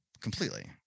completely